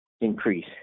increase